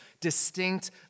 distinct